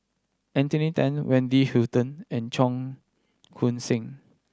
Anthony Then Wendy Hutton and Cheong Koon Seng